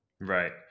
right